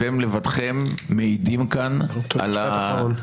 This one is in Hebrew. אתם לבדכם מעידים כאן על --- משפט אחרון.